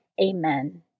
Amen